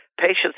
patients